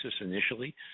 initially